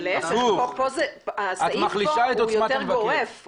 כאן הסעיף יותר גורף.